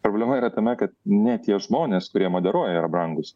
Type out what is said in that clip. problema yra tame kad ne tie žmonės kurie moderuoja yra brangūs